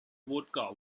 vodka